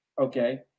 okay